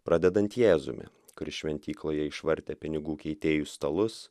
pradedant jėzumi kuris šventykloje išvartė pinigų keitėjų stalus